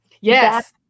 Yes